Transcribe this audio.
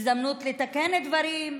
הזדמנות לתקן דברים,